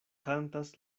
kantas